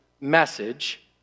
message